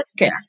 healthcare